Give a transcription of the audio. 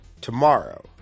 tomorrow